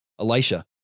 Elisha